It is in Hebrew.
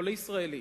או לישראלי,